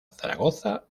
zaragoza